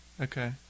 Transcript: Okay